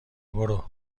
برو